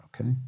okay